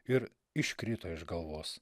ir iškrito iš galvos